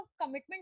commitment